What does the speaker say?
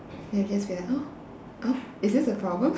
ya it gets weird oh oh is this the problem